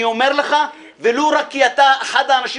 אני אומר לך ולו רק כי אתה אחד האנשים